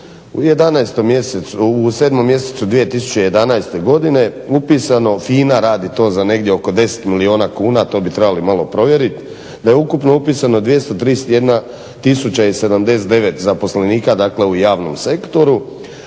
u 7. mjesecu 2011. godine upisano, FINA radi to za negdje oko 10 milijuna kuna, to bi trebali malo provjerit, da je ukupno upisano 231079 zaposlenika dakle u javnom sektoru,